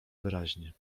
wyraźnie